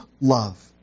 love